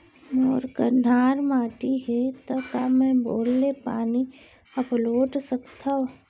मोर कन्हार माटी हे, त का मैं बोर ले पानी अपलोड सकथव?